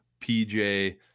pj